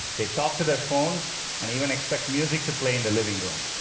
they talk to their phones and even expect music to play in the living room.